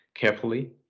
carefully